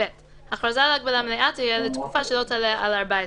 (ב) הכרזה על הגבלה מלאה תהיה לתקופה שלא תעלה על 14 ימים,